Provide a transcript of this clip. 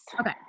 Okay